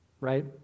right